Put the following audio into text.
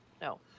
No